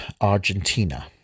Argentina